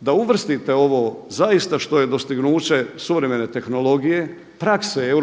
da uvrstite ovo zaista što je dostignuće suvremene tehnologije, prakse EU